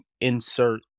insert